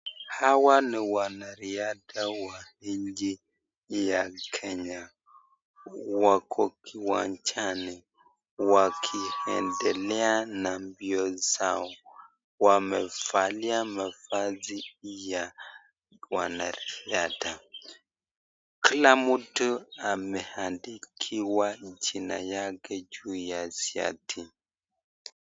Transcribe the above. Wanariadha wa nchi ya kenya, wako kiwanjani wakiendelea na mbio zao, wamevalia mavazi ya wanariadha. Kila mtu ameandikiwa jina yake juu ya shirt .